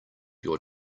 your